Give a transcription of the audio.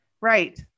Right